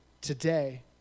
today